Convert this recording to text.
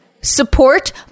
support